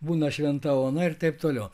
būna šventa ona ir taip toliau